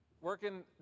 working